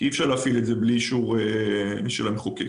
כי אי אפשר להפעיל את זה בלי אישור של המחוקק